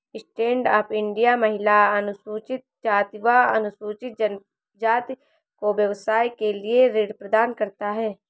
stand up India महिला, अनुसूचित जाति व अनुसूचित जनजाति को व्यवसाय के लिए ऋण प्रदान करता है